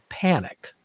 panic